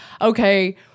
Okay